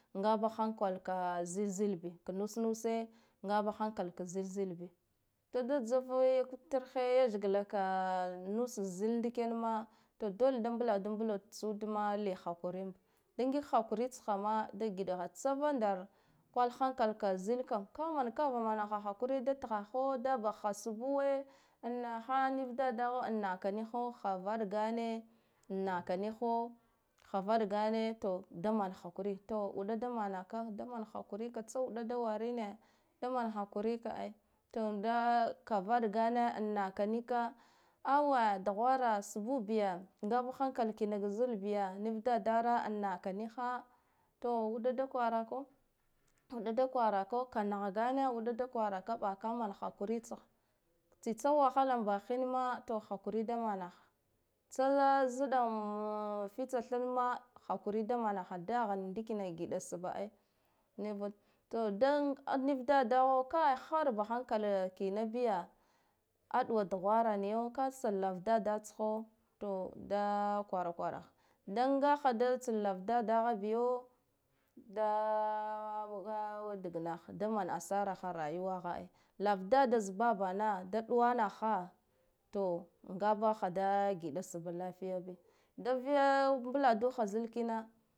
Ngaba hankal ka zilzil bi ka nus nuse ngaba hankal ka zil zil bi, da da tsave kubutur he lethgla nus za zil ndik yan ma to dole da mbladu mbla tsudma li hakuri ambe da ngig hakuri tsha ma da giɗa ha tsa vandara kwal hankal ka zil kam ka man kava manaha hakuri da thaho a bahha subbuwe an naha niv dadah an naka nika ha vaɗga ne an naka niho ha vaɗgane to man hakuri, to uɗa da manaka da man hakurika tsa uɗa da warine da man hakurika ai, nga ka vaɗgane an naka nika awe duhwara subbu biya ngaba hankal inaka zarbiya niv dadaro an naka niha, to uɗa da kwarako uɗa da kwarako kanah gane uɗa da kwaraka ɓa ka man hakuri tsa tsitsa wahala bakin ma to hakuri tsa tsitsa wahala bakin ma to hakuri da manaha tsa zadda fitsa tharna ma hakuri da manaha dahan ndikin giɗa sbba ai, nivud to dan aniv dadaho kai hwarba hankal tina biya aɗuwa duhwara niya ka tsan lavadada tsha to da kwara kwaraha, dan gaha da tsan lav dada biyo da dagna ha da man asasra ha a rayuwaha ai, lava dada za baba na da ɗuwanaha to ngabaha da giɗa ɗuwanaha to ngabaha da giɗa sbba lafiya bi da vi ya mbladuha zil kina.